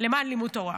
למען לימוד תורה.